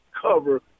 cover